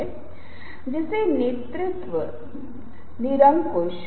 इसलिए कोई भी उपेक्षित महसूस नहीं करता है लेकिन अगर यह एक बड़ा समूह है और फिर ब्लॉकों में देखें